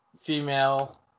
female